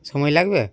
সময় লাগবে